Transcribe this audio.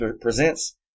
presents